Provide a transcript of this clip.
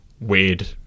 weird